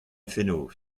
fenoz